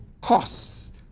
costs